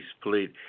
police